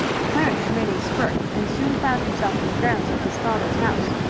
clarence made a spurt, and soon found himself in the grounds of his father's house.